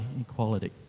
equality